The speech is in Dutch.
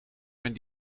mijn